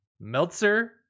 Meltzer